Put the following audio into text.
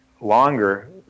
longer